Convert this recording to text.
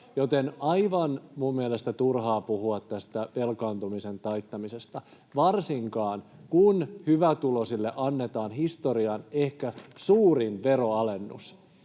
on aivan turhaa puhua tästä velkaantumisen taittamisesta varsinkaan, kun hyvätuloisille annetaan historian ehkä suurin veroalennus.